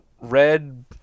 red